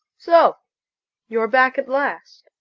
so you're back at last.